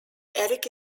eric